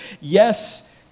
Yes